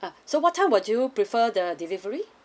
uh so what time would you prefer the delivery